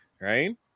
right